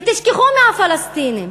ותשכחו מהפלסטינים,